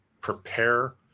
prepare